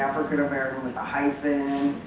african-american with a hypen?